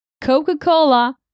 Coca-Cola